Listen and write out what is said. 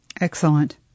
Excellent